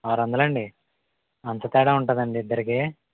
ఆరు వందలండి అంత తేడా ఉంటదండి ఇద్దరికి